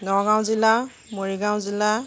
নগাওঁ জিলা মৰিগাওঁ জিলা